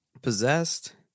possessed